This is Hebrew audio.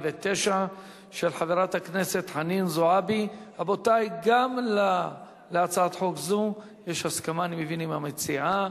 אין מתנגדים, רבותי, ואין נמנעים.